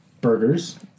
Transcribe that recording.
burgers